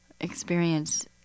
experience